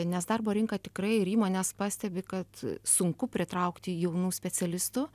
nes darbo rinka tikrai ir įmonės pastebi kad sunku pritraukti jaunų specialistų